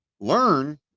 learn